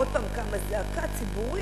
עוד פעם קמה זעקה ציבורית,